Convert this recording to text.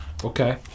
Okay